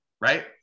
right